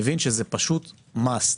מבין שזה פשוט must.